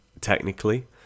technically